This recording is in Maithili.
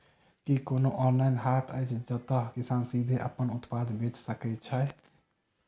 की कोनो ऑनलाइन हाट अछि जतह किसान सीधे अप्पन उत्पाद बेचि सके छै?